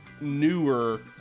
newer